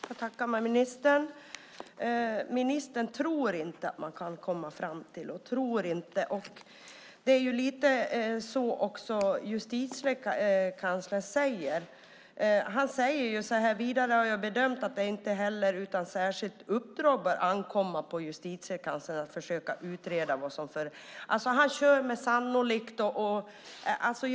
Herr talman! Jag tackar ministern för det. Ministern tror inte att man kan komma fram till det. Justitiekanslern säger vidare att han har bedömt att det inte heller utan särskilt uppdrag bör ankomma på Justitiekanslern att försöka utreda detta. Han talar om vad som är sannolikt och så vidare.